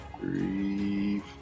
three